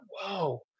whoa